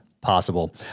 possible